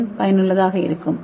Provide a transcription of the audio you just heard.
என் பயனுள்ளதாக இருக்கும்